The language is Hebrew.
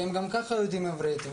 כי הם גם ככה יודעים עברית.